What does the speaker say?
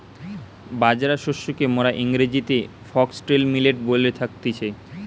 বাজরা শস্যকে মোরা ইংরেজিতে ফক্সটেল মিলেট বলে থাকতেছি